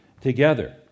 together